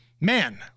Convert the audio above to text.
man